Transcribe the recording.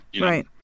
right